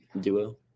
duo